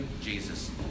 Jesus